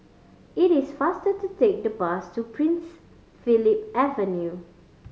it is faster to take the bus to Prince Philip Avenue